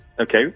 Okay